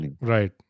Right